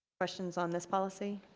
questions on this policy?